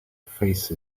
face